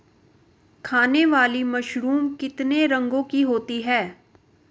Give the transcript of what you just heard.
खाने वाली मशरूम कितने रंगों की होती है?